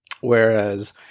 Whereas